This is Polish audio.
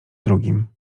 drugim